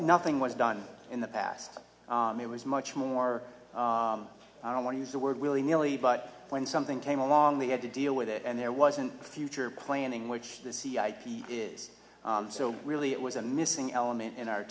nothing was done in the past it was much more i don't want to use the word willy nilly but when something came along they had to deal with it and there wasn't a future planning which the cia is so really it was a missing element in our